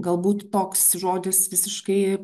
galbūt toks žodis visiškai